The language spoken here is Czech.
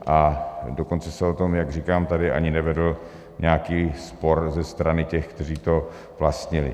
A dokonce se o tom, jak říkám, tady ani nevedl nějaký spor ze strany těch, kteří to vlastnili.